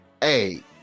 Hey